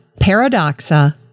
Paradoxa